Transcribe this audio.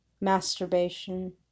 masturbation